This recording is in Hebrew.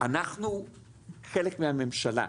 אנחנו חלק מהממשלה,